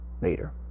later